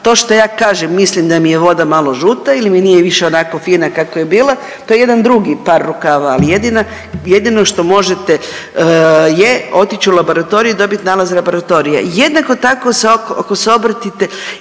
To što ja kažem mislim da mi je voda malo žuta ili mi nije više onako fina kako je bila to je jedan drugi par rukava, ali jedina, jedino što možete je otići u laboratorij i dobiti nalaz laboratorija. Jednako tako ako se obratite